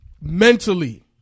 Mentally